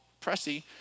Pressy